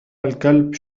الكلب